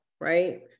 right